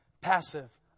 passive